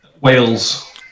Wales